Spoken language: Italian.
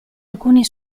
alcuni